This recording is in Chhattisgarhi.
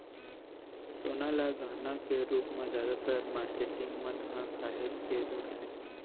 सोना ल गहना के रूप म जादातर मारकेटिंग मन ह काहेच के बउरथे